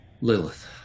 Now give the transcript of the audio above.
Lilith